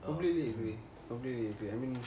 I completely agree completely agree I mean